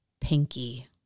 Pinky